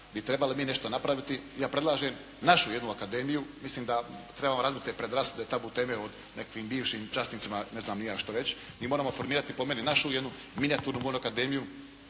bi trebali mi nešto napraviti i ja predlažem našu jednu akademiju, mislim da trebamo razbiti te predrasude, tabu teme, o nekakvim bivšim časnicima, ne znam ni ja šta već, mi moramo formirati po meni našu jednu minijaturnu …/Govornik